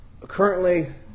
Currently